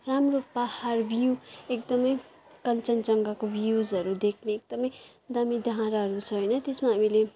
राम्रो पाहाड भ्यू एकदमै कञ्चनजङ्घाको भ्युसहरू देख्ने एकदमै दामी डाँडाहरू छ होइन त्यसमा हामीले